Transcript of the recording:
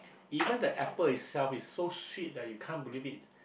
even the apple itself is so sweet uh you can't believe it